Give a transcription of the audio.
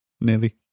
Nearly